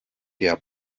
der